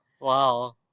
wow